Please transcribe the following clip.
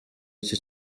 iki